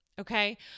okay